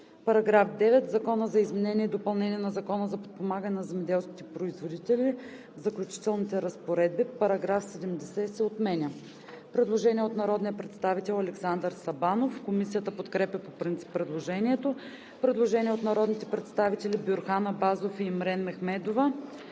§ 9: „§ 9. В Закона за изменение и допълнение на Закона за подпомагане на земеделските производители (обн., ДВ, бр. ...), в Заключителните разпоредби § 70 се отменя.“ Предложение от народния представител Александър Сабанов. Комисията подкрепя по принцип предложението. Предложение от народните представители Бюрхан Абазов и Имрен Мехмедова.